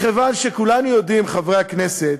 מכיוון שכולנו יודעים, חברי הכנסת,